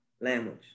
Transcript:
language